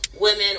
women